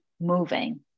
moving